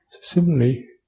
Similarly